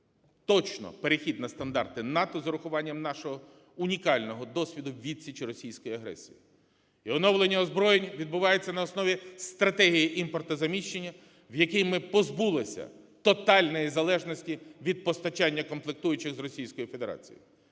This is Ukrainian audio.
точно перехід на стандарти НАТО з урахуванням нашого унікального досвіду відсічі російській агресії. І оновлення озброєнь відбувається на основі стратегії імпортозаміщення, в якій ми позбулися тотальної залежності від постачання комплектуючих з Російської Федерації.